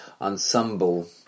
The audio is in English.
ensemble